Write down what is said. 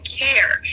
care